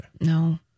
No